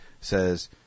says